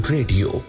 Radio